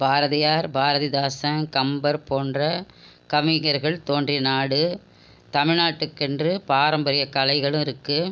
பாரதியார் பாரதிதாசன் கம்பர் போன்ற கவிஞர்கள் தோன்றிய நாடு தமிழ் நாட்டுக்கென்று பாரம்பரிய கலைகளும் இருக்குது